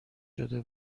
شده